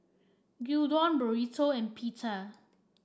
Gyudon Burrito and Pita